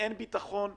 אין ביטחון במערכת,